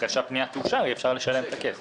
אחרי שהפנייה תאושר יהיה אפשר לשלם את הכסף.